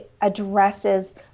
addresses